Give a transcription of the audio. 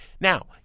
Now